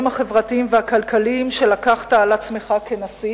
החברתיים והכלכליים שלקחת על עצמך כנשיא